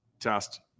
test